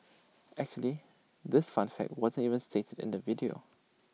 actually this fun fact wasn't even stated in the video